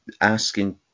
asking